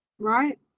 Right